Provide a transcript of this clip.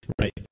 right